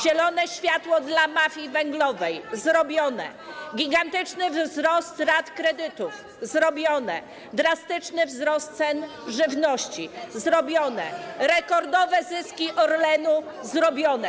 Zielone światło dla mafii węglowej - zrobione, gigantyczny wzrost rat kredytów - zrobione, drastyczny wzrost cen żywności - zrobione, rekordowe zyski Orlenu - zrobione.